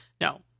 No